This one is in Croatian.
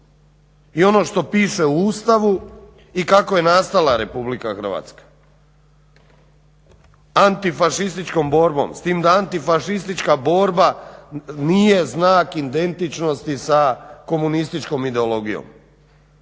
i ono što piše u Ustavu i kako je nastala RH. Antifašističkom borbom, s tim da antifašistička borba nije znak identičnosti sa komunističkom ideologijom